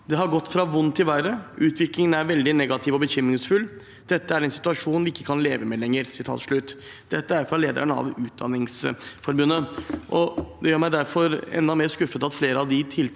«Det har gått fra vondt til verre. Utviklingen er veldig negativ og bekymringsfull. Dette er en situasjon vi ikke kan leve med lenger.» Dette er fra lederen av Utdanningsforbundet. Det gjør meg derfor enda mer skuffet at flere av de gode tiltakene